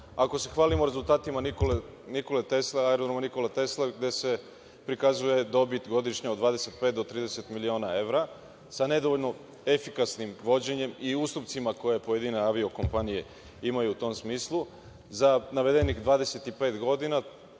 ako se hvalimo rezultatima aerodroma „Nikola Tesla“, gde se prikazuje dobit godišnje od 25 do 30 miliona evra, sa nedovoljno efikasnim vođenjem i ustupcima koje pojedine avio-kompanije imaju u tom smislu, za navedenih 25 godina